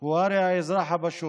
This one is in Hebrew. הוא הרי האזרח הפשוט,